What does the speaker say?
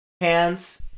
hands